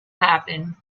happen